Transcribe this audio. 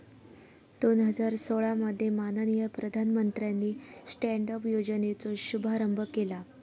दोन हजार सोळा मध्ये माननीय प्रधानमंत्र्यानी स्टॅन्ड अप योजनेचो शुभारंभ केला